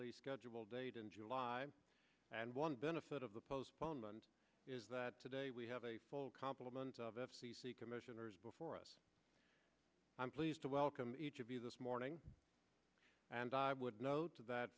y scheduled date in july and one benefit of the postponement is that today we have a full complement of f c c commissioners before us i'm pleased to welcome each of you this morning and i would note that